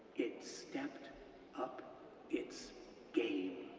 it stepped up its game.